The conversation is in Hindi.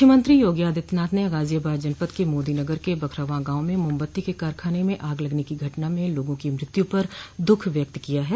मुख्यमंत्री योगी आदित्यनाथ ने गाजियाबाद जनपद के मोदीनगर के बखरवा गांव में मोमबत्ती के कारखाने में आग लगने की घटना में लोगों की मृत्यु पर दुःख व्यक्त किया है